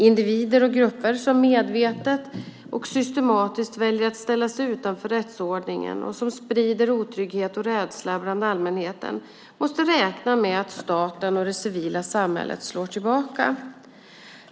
Individer och grupper som medvetet och systematiskt väljer att ställa sig utanför rättsordningen och sprider otrygghet och rädsla bland allmänheten måste räkna med att staten och det civila samhället slår tillbaka.